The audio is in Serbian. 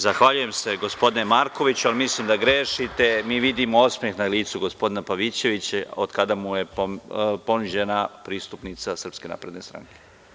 Zahvaljujem se, gospodine Markoviću, ali mislim da grešiti, mi vidimo osmeh na licu gospodina Pavićevića otkada mu je ponuđena pristupnica SNS.